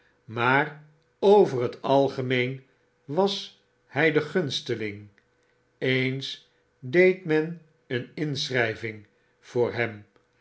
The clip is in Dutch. maar over t algemeen was hy de gunsteling eens deed men een inschrijving voor hem